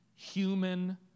Human